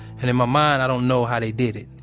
and, in my mind, i don't know how they did it.